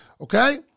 Okay